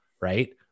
Right